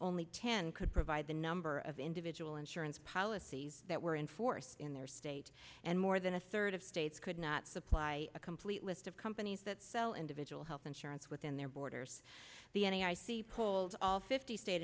only ten could provide the number of individual insurance policies that were in force in their state and more than a third of states could not supply a complete list of companies that sell individual health insurance within their borders the any i see pulls all fifty state